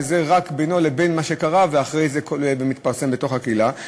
שזה רק בינו לבין מה שקרה ואחרי זה הכול מתפרסם בתוך הקהילה.